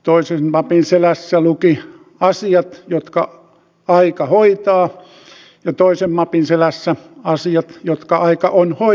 toisen mapin selässä luki asiat jotka aika hoitaa ja toisen mapin selässä asiat jotka aika on hoitanut